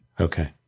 Okay